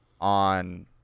on